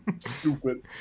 stupid